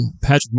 Patrick